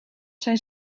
zijn